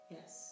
Yes